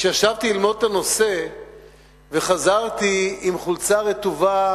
כשישבתי ללמוד את הנושא וחזרתי עם חולצה רטובה